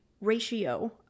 ratio